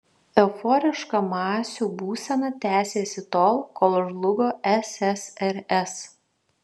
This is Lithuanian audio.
euforiška masių būsena tęsėsi tol kol žlugo ssrs